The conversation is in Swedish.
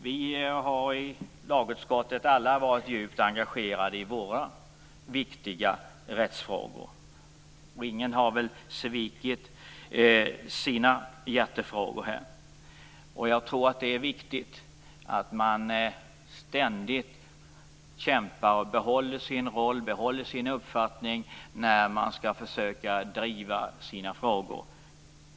Vi har alla i lagutskottet varit djupt engagerade i våra viktiga rättsfrågor. Ingen har väl svikit sina hjärtefrågor. Jag tror att det är viktigt att man ständigt kämpar och behåller sin roll och sin uppfattning när man skall försöka driva sina frågor.